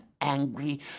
angry